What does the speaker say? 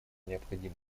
необходимо